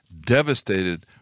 devastated